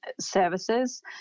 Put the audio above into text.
services